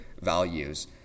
values